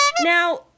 Now